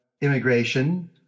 immigration